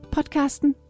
Podcasten